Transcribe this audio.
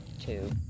two